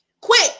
Quick